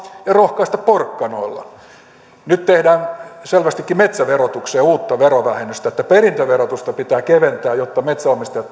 rohkaista porkkanoilla nyt tehdään selvästikin metsäverotukseen uutta verovähennystä perintöverotusta pitää keventää jotta metsänomistajat